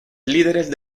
líderes